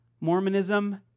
Mormonism